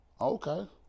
Okay